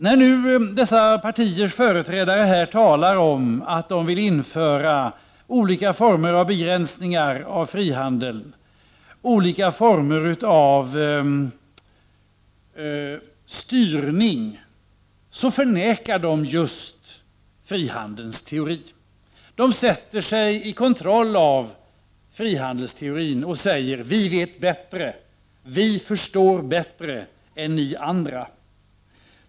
När nu dessa partiers företrädare talar om att de vill införa olika former av begränsningar av frihandeln, alltså olika former av styrning, förnekar de just frihandlens teori. De sätter sig i kontroll av frihandelsteorin och säger: Vi vet bättre, vi förstår bättre än ni andra.